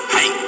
Hey